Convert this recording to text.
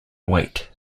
wait